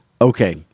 Okay